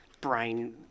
brain